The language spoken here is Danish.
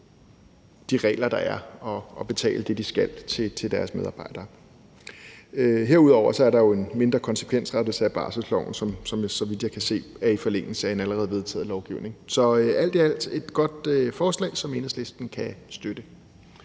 de regler, der er, men betale det, de skal, til deres medarbejdere. Herudover er der en mindre konsekvensrettelse af barselsloven, som, så vidt jeg kan se, ligger i forlængelse af en allerede vedtaget lovgivning. Så alt i alt er det et godt lovforslag, som Enhedslisten kan støtte.